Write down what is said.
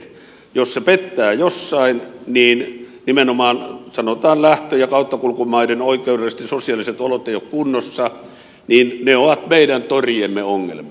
jos se pettää jossain ja jos nimenomaan sanotaan lähtö ja kauttakulkumaiden oikeudelliset ja sosiaaliset olot eivät ole kunnossa niin ne ovat meidän toriemme ongelmia